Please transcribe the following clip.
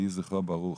יהי זכרו ברוך.